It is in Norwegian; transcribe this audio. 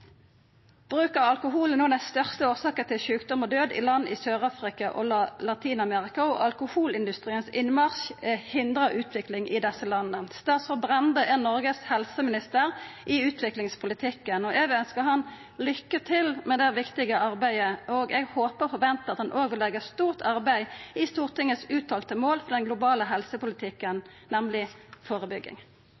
Bruk av alkohol er no den største årsaka til sjukdom og død i land i Sør-Afrika og Latin-Amerika, og alkoholindustriens innmarsj hindrar utvikling i desse landa. Statsråd Brende er Noregs helseminister i utviklingspolitikken, og eg vil ønskja han lykke til med det viktige arbeidet. Eg håpar og ventar at han òg vil leggja stort arbeid i Stortingets uttalte mål for den globale helsepolitikken,